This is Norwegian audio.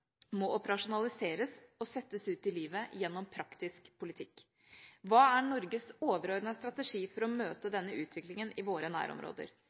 må operasjonaliseres og settes ut i livet gjennom praktisk politikk. Hva er Norges overordnede strategi for å møte denne utviklingen i våre nærområder?